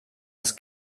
das